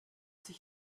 sich